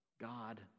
God